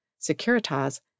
Securitas